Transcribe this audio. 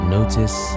Notice